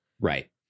Right